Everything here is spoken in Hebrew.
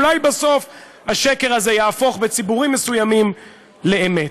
אולי בסוף השקר הזה יהפוך בציבורים מסוימים לאמת.